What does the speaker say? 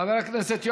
חברי הכנסת.